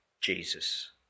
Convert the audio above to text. Jesus